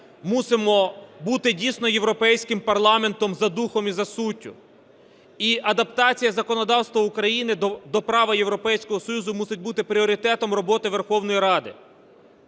мусимо бути дійсно європейським парламентом за духом і за суттю. І адаптація законодавства України до права Європейського Союзу мусить бути пріоритетом роботи Верховної Ради.